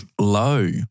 Low